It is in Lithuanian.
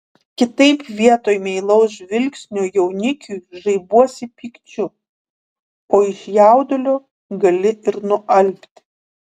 kitaip vietoj meilaus žvilgsnio jaunikiui žaibuosi pykčiu o iš jaudulio gali ir nualpti